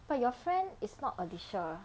but your friend is not alicia